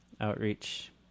outreach